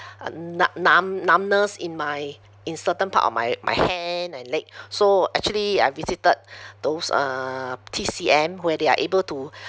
uh nu~ numb~ numbness in my in certain part of my my hand and leg so actually I visited those uh T_C_M where they are able to